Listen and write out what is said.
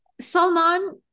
Salman